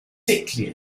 sickly